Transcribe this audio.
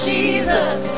Jesus